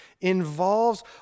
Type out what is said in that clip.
involves